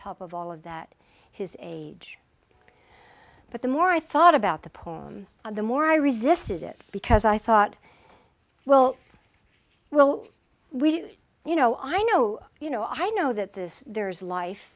top of all of that his age but the more i thought about the poor and the more i resisted it because i thought well well we you know i know you know i know that this there is life